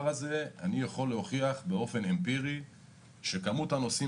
הזה אני יכול להוכיח באופן אמפירי שכמות הנוסעים